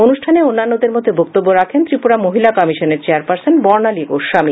অনুষ্ঠানে অন্যান্যদের মধ্যে বক্তব্য রাখেন ত্রিপুরা মহিলা কমিশনের চেয়ারপার্সন বর্ণালী গোস্বামী